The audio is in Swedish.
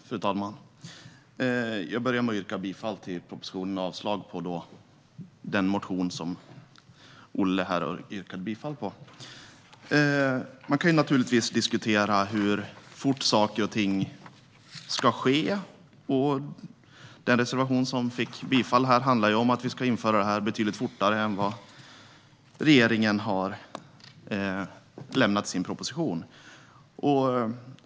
Fru talman! Jag börjar med att yrka bifall till propositionen och avslag på den motion som Olle Felten yrkade bifall till. Man kan naturligtvis diskutera hur fort saker och ting ska ske. Den reservation som det yrkades bifall till handlar om att vi ska införa detta betydligt fortare än vad regeringen har lämnat sin proposition.